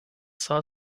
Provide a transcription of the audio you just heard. saat